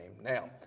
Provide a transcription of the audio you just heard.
Now